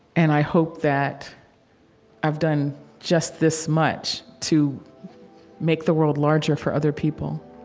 and i hope that i've done just this much to make the world larger for other people